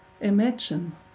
Imagine